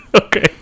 Okay